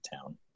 town